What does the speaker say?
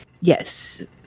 Yes